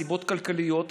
מסיבות כלכליות,